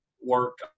work